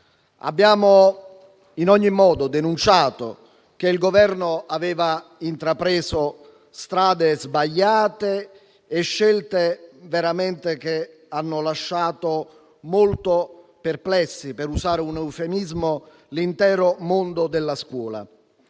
Abbiamo in ogni modo denunciato che il Governo aveva intrapreso strade sbagliate e scelte che hanno lasciato veramente molto perplesso - per usare un eufemismo - l'intero mondo della scuola.